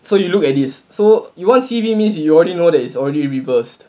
so you look at this so you want C B means you already know that it's already reversed